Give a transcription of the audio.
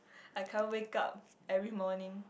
I can't wake up every morning